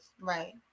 right